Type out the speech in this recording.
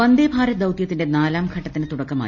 വന്ദേ ഭാരത് ദൌത്യത്തിന്റെ നാലാംഘട്ടത്തിന് തുടക്കമായി